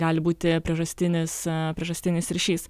gali būti priežastinis priežastinis ryšys